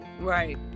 Right